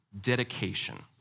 dedication